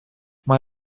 mae